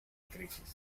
crisis